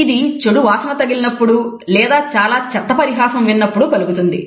ఇది చెడు వాసన తగిలినప్పుడు లేదా చాలా చెత్త పరిహాసం విన్నప్పుడు కలుగుతుంది